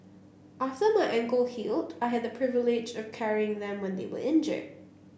after my ankle healed I had the privilege of carrying them when they were injured